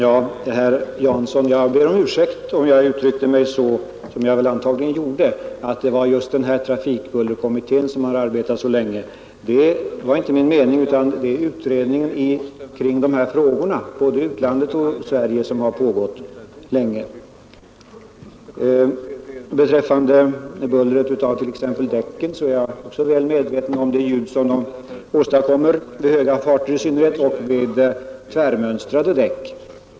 Herr talman! Jag ber om ursäkt, herr Jansson, om jag uttryckte mig så, som jag antagligen gjorde, att det skulle vara just trafikbullerutredningen som arbetat så länge. Det var inte min mening att påstå det, utan jag avsåg att utredningen kring dessa frågor både i Sverige och i utlandet pågått mycket länge. Jag är väl medveten om det buller som bildäcken åstadkommer, i synnerhet vid höga farter och då det är fråga om tvärmönstrade däck.